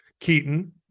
Keaton